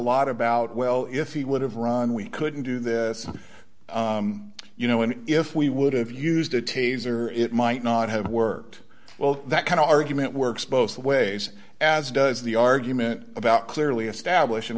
lot about well if he would have run we couldn't do that you know and if we would have used a taser it might not have worked well that kind of argument works both ways as does the argument about clearly establishing